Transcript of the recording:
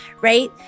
right